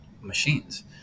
machines